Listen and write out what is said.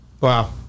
Wow